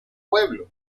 pueblo